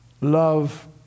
love